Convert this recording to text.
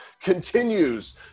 continues